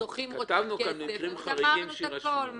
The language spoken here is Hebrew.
הזוכים רוצים כסף, וגמרנו את הכול.